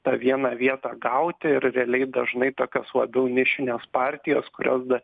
tą vieną vietą gauti ir realiai dažnai tokios labiau nišinės partijos kurios dar